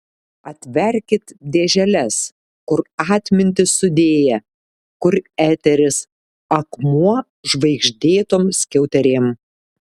atverkit dėželes kur atmintį sudėję kur eteris akmuo žvaigždėtom skiauterėm